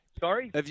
Sorry